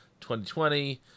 2020